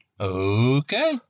okay